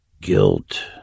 Guilt